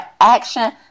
action